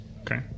Okay